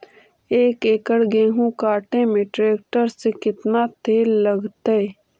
एक एकड़ गेहूं काटे में टरेकटर से केतना तेल लगतइ?